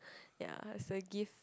ya is a gift